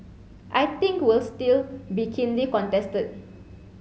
I think will still be keenly contested